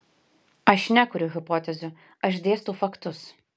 aš nekuriu hipotezių aš dėstau faktus